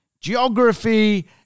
geography